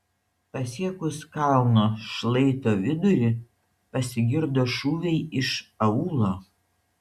pasiekus kalno šlaito vidurį pasigirdo šūviai iš aūlo